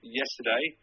yesterday